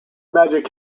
magic